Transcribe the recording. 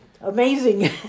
amazing